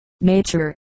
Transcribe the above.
nature